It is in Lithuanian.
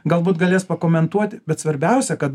galbūt galės pakomentuoti bet svarbiausia kad